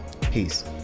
Peace